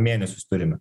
mėnesius turime